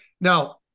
Now